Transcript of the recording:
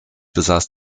besaß